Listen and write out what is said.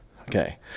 Okay